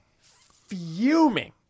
fuming